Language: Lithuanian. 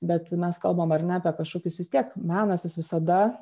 bet mes kalbam ar ne apie kažkokius vis tiek menas jis visada